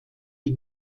die